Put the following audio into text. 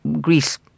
Greece